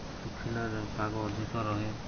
ଶୁଖିଲାରେ ପାଗ ଅଧିକ ରୁହେ